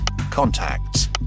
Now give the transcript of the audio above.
contacts